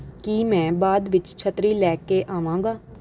ਕੀ ਮੈਂ ਬਾਅਦ ਵਿੱਚ ਛੱਤਰੀ ਲੈ ਕੇ ਆਵਾਂਗਾ